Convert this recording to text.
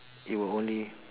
it will only